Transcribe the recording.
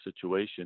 situation